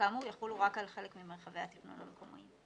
כאמור יחולו רק על חלק ממרחבי התכנון והבנייה".